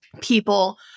people